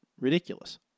ridiculous